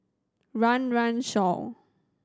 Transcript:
Run Run Shaw